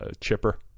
chipper